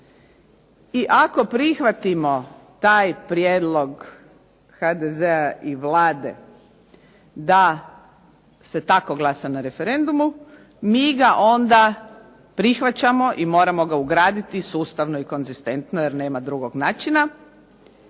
I ako prihvatimo taj prijedlog HDZ-a i Vlade da se tako glasa na referendumu mi ga onda prihvaćamo i moramo ga ugraditi sustavno i konzistentno jer nema drugog načina